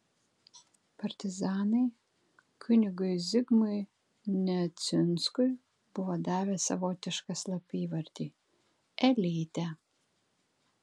partizanai kunigui zigmui neciunskui buvo davę savotišką slapyvardį elytė